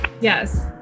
Yes